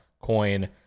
coin